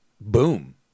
boom